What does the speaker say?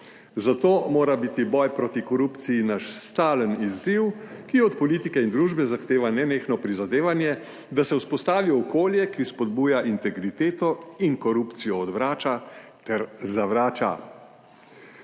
zato mora biti boj proti korupciji naš stalen izziv, ki od politike in družbe zahteva nenehno prizadevanje, da se vzpostavi okolje, ki spodbuja integriteto in korupcijo odvrača ter zavrača.